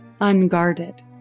unguarded